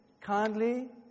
kindly